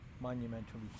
monumentally